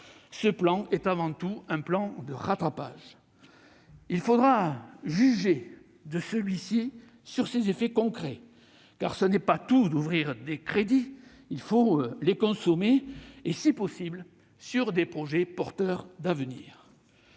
ce plan est avant tout un plan de rattrapage. Il faudra juger de celui-ci sur ses effets concrets, car ce n'est pas tout d'ouvrir des crédits, il faut les consommer, si possible sur des projets porteurs d'avenir.